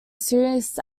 serious